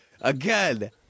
Again